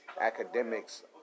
academics